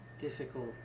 difficult